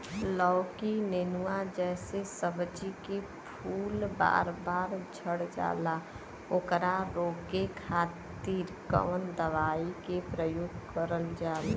लौकी नेनुआ जैसे सब्जी के फूल बार बार झड़जाला ओकरा रोके खातीर कवन दवाई के प्रयोग करल जा?